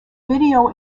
video